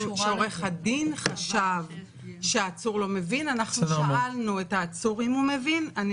כשעורך הדין חשב שהעצור לא מבין אנחנו שאלנו את העצור אם הוא מבין.